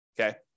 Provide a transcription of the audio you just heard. okay